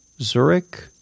Zurich